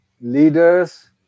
Leaders